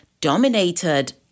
dominated